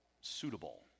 suitable